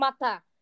matter